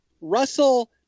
Russell